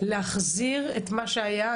להחזיר את מה שהיה.